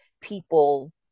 people